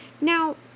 Now